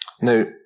Now